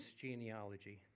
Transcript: genealogy